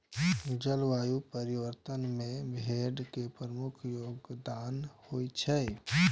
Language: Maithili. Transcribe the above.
जलवायु परिवर्तन मे भेड़ के प्रमुख योगदान होइ छै